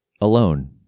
alone